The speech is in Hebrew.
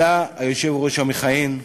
אלא היושב-ראש המכהן,